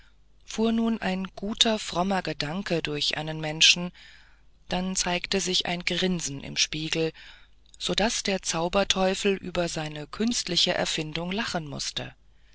fuhr nun ein guter frommer gedanke durch einen menschen dann zeigte sich ein grinsen im spiegel sodaß der zauberteufel über seine künstliche erfindung lachen mußte